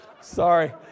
sorry